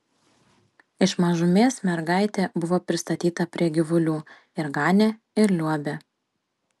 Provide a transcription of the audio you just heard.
iš mažumės mergaitė buvo pristatyta prie gyvulių ir ganė ir liuobė